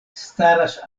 staras